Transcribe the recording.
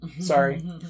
sorry